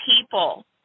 people